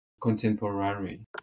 contemporary